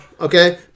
Okay